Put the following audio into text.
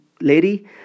lady